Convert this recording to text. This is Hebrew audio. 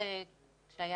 בתל